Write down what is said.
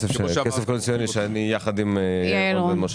כסף קואליציוני יחד עם יעל רון.